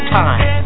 time